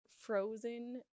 frozen